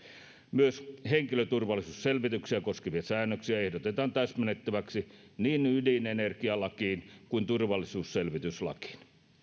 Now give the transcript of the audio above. myös henkilöturvallisuusselvityksiä koskevia säännöksiä ehdotetaan täsmennettäväksi niin ydinenergialakiin kuin turvallisuusselvityslakiin